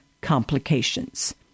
complications